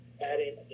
adding